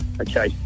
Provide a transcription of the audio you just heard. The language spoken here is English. okay